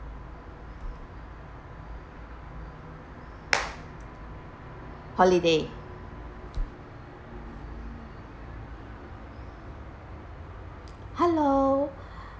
holiday hello